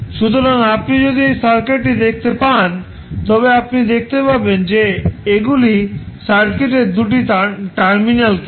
সুতরাং আপনি যদি এই সার্কিটটি দেখতে পান তবে আপনি দেখতে পাবেন যে এগুলি সার্কিটের 2 টি টার্মিনাল কিনা